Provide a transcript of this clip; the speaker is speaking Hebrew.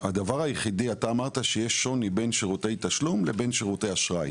אתה אמרת שיש שוני בין שירותי תשלום לבין שירותי אשראי.